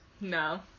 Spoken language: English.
No